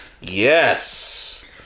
Yes